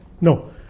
No